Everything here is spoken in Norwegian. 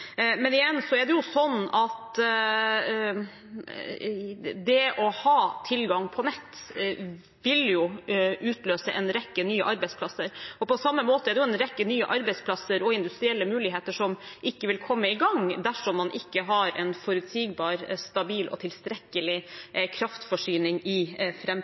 Men det er jo sånn at det å ha tilgang på nett vil utløse en rekke nye arbeidsplasser. På samme måte er det en rekke nye arbeidsplasser og industrielle muligheter som ikke vil komme i gang dersom man ikke har en forutsigbar, stabil og tilstrekkelig kraftforsyning i